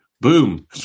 boom